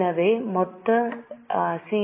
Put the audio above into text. எனவே மொத்த சி